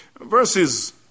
verses